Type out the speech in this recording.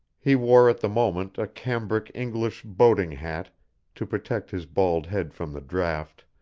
he wore at the moment a cambric english boating-hat to protect his bald head from the draught,